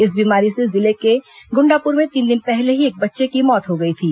इस बीमारी से जिले के गुण्डापुर में तीन दिन पहले ही एक बच्चे की मौत हो गई थी